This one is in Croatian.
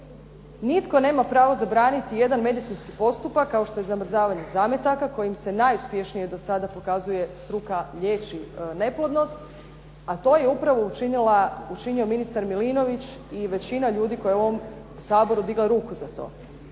Nitko nema pravo zabraniti jedan medicinski postupak kao što je zamrzavanje zametaka kojim se najuspješnije do sada pokazuje struka liječi neplodnost, a to je upravo učinio ministar Milinović i većina ljudi koja je u ovom Saboru digla ruku za to.